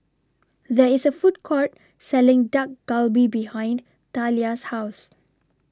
There IS A Food Court Selling Dak Galbi behind Thalia's House